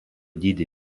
dydį